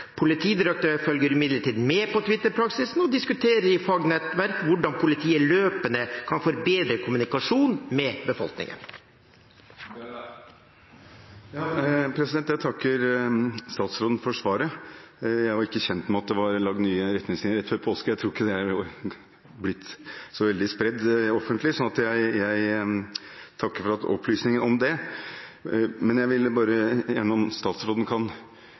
følger imidlertid med på Twitter-praksisen og diskuterer i fagnettverk hvordan politiet løpende kan forbedre kommunikasjonen med befolkningen. Jeg takker statsråden for svaret. Jeg var ikke kjent med at det var laget nye retningslinjer rett før påske – jeg tror ikke det har blitt så veldig mye spredt offentlig. Jeg takker for opplysningene om det. Men jeg vil gjerne at statsråden kan